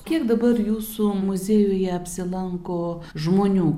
kiek dabar jūsų muziejuje apsilanko žmonių